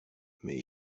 mais